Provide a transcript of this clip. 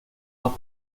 dos